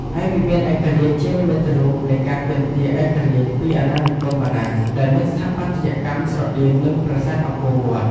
ឯវិមានឯករាជ្យ ជានិមិត្តរូបនៃការទាមទារឯករាជ្យពីអាណានិគមបារាំង ដែលមានស្ថាបត្យកម្មស្រដៀងនឹងប្រាសាទអង្គរ។